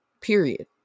period